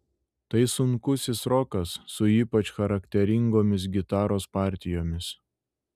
tai sunkusis rokas su ypač charakteringomis gitaros partijomis